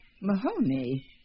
Mahoney